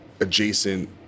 adjacent